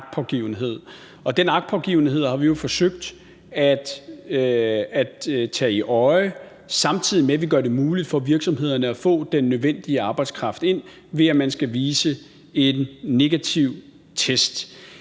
den agtpågivenhed har vi jo forsøgt at have for øje, samtidig med at vi gør det muligt for virksomhederne at få den nødvendige arbejdskraft ind, ved at man skal vise en negativ test.